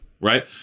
right